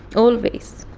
always.